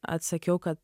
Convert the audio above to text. atsakiau kad